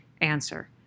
answer